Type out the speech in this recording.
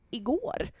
igår